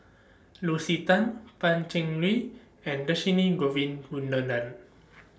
Lucy Tan Pan Cheng Lui and Dhershini Govin Winodan